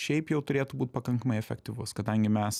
šiaip jau turėtų būt pakankamai efektyvus kadangi mes